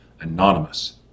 Anonymous